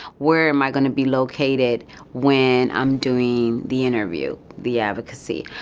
where am i going to be located when i'm doing the interview, the advocacy?